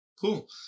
cool